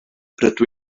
rydw